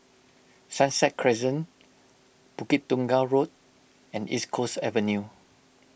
Sunset Crescent Bukit Tunggal Road and East Coast Avenue